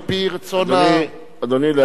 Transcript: אדוני,